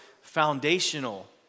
foundational